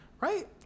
Right